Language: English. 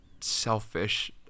selfish